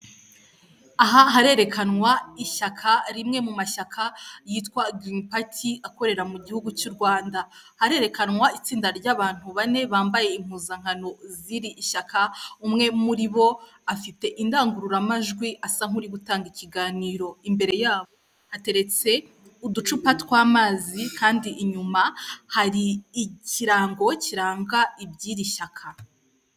Abagabo babiri bambaye amasoti y'icyatsi kibisi yanditseho vuba bambaye kandi n'amakasike mu mutwe biragaragara neza cyane ko ari abamotari hanyuma kandi biragaragara ko akaboko kabo ko bafashe ku gikapu cy'icyatsi kibisi cyanditseho vuba, icyo gikapu giteretse kuri moto biragaragara cyane ko aribo bifashishwa, muku kujyana ibicuruzwa biba byaguzwe n'abaturage batandukanye babigeze aho bari.